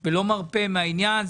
ולא מרפה מהעניין.